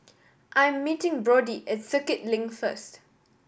I am meeting Brodie at Circuit Link first